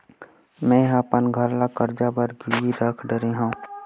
मेहा अपन घर ला कर्जा बर गिरवी रख डरे हव